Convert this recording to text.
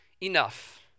enough